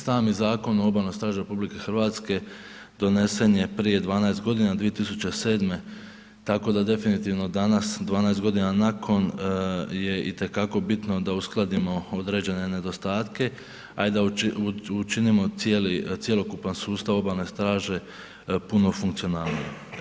Sam Zakon o obalnoj straži RH donesen je prije 12 godina 2007. tako da definitivno danas 12 godina nakon je itekako bitno da uskladimo određene nedostatke a i da učinimo cjelokupan sustav obalne straže puno funkcionalniji.